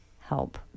help